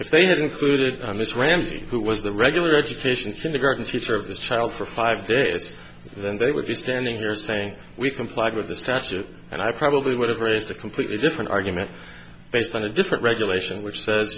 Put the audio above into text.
if they had included this ramsey who was the regular education kindergarten teacher of the child for five days then they would be standing here saying we complied with the statute and i probably would have raised a completely different argument based on a different regulation which says